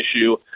issue